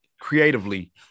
creatively